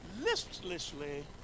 listlessly